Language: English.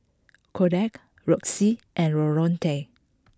Koda Roxie and Loretto